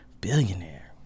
Billionaire